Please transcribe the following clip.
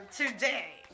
today